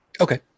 okay